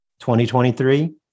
2023